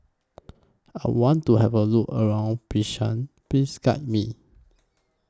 I want to Have A Look around Bishkek Please Guide Me